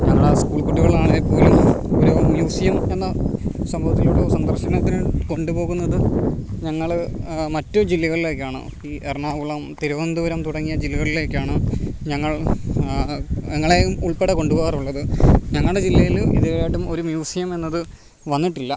ഞങ്ങളെ സ്കൂൾ കുട്ടികളാണേ പോലും ഒരു മ്യൂസിയം എന്ന സംഭവത്തിലൂടെ സന്ദർശനത്തിന് കൊണ്ടുപോകുന്നത് ഞങ്ങൾ മറ്റു ജില്ലകളിലേക്കാണ് ഈ എറണാകുളം തിരുവനന്തപുരം തുടങ്ങിയ ജില്ലകളിലേക്കാണ് ഞങ്ങൾ ഞങ്ങളെയും ഉൾപ്പെടെ കൊണ്ടുപോകാറുള്ളത് ഞങ്ങളുടെ ജില്ലയിൽ ഇതുവരെയായിട്ടും ഒരു മ്യൂസിയം എന്നത് വന്നിട്ടില്ല